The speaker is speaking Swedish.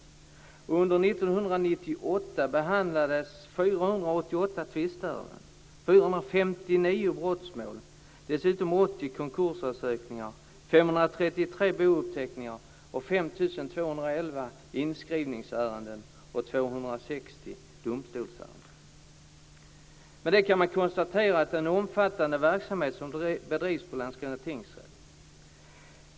Tingsrätten omfattar Det kan konstateras att det är en omfattande verksamhet som bedrivs på Landskrona tingsrätt.